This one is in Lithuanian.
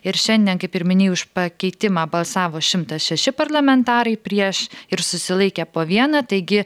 ir šiandien kaip ir minėjai už pakeitimą balsavo šimtas šeši parlamentarai prieš ir susilaikė po vieną taigi